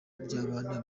ry’abana